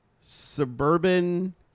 suburban